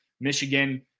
Michigan